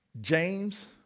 James